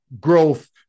growth